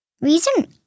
Reason